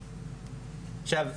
עכשיו,